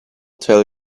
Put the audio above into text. tell